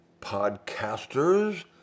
podcasters